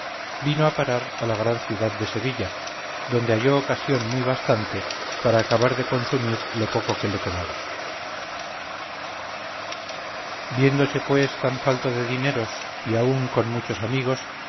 vino a parar a la gran ciudad de sevilla donde halló ocasión muy bastante para acabar de consumir lo poco que le quedaba viéndose pues tan falto de dineros y aun no con muchos amigos